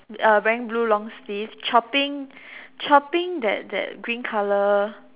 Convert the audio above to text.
uh wearing blue long sleeves chopping chopping that that green colour